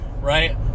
right